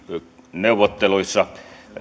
neuvotteluissa